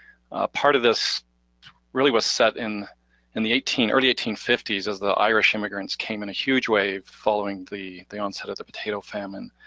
part of this really was set in and the early eighteen fifty s as the irish immigrants came in a huge wave following the the onset of the potato famine,